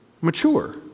mature